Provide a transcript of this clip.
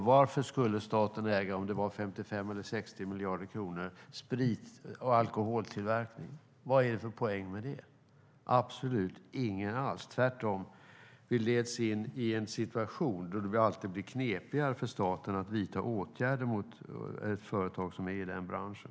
Varför skulle staten äga 55 eller 60 miljarder i form av alkoholtillverkning? Vad vore det för poäng med det? Absolut ingen alls, tvärtom skulle vi ledas in i en situation där det blev knepigare för staten att vidta åtgärder mot företag i den branschen.